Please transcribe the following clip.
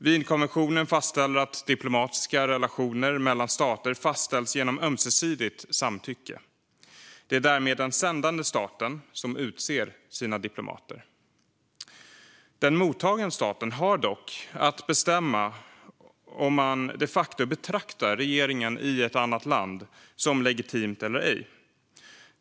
Wienkonventionen fastställer att diplomatiska relationer mellan stater fastställs genom ömsesidigt samtycke. Det är därmed den sändande staten som utser sina diplomater. Den mottagande staten har dock att bestämma om man de facto betraktar regeringen i ett annat land som legitim eller ej.